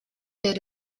did